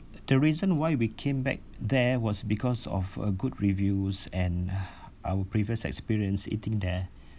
the reason why we came back there was because of uh good reviews and our previous experience eating there